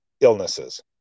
illnesses